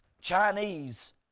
Chinese